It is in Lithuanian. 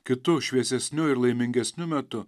kitu šviesesniu ir laimingesniu metu